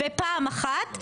אחת.